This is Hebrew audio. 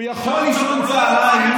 הוא יכול לישון צוהריים,